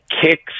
kicks